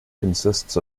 consists